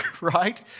right